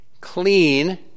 Clean